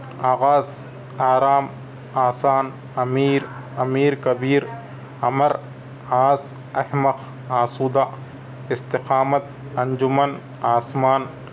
آغاز آرام آسان امیر امیر کبیر امر آس احمق آسودہ استقامت انجمن آسمان